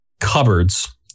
cupboards